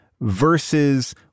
versus